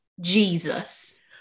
Jesus